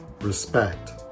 respect